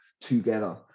together